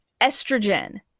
estrogen